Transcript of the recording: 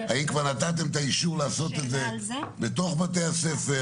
האם כבר נתתם את האישור לעשות את זה בתוך בתי הספר?